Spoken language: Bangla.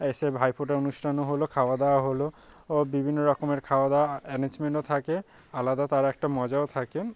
এসে ভাইফোঁটার অনুষ্ঠানও হলো খাওয়া দাওয়া হলো ও বিভিন্ন রকমের খাওয়া দাওয়া অ্যারেঞ্জমেন্টও থাকে আলাদা তার একটা মজাও থাকে